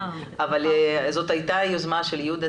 אבל זאת הייתה יוזמה של יהודה,